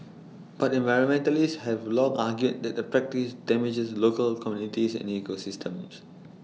but environmentalists have long argued that the practice damages local communities and ecosystems